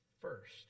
first